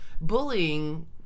bullying